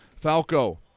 Falco